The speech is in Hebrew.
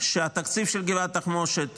היא שהתקציב של גבעת התחמושת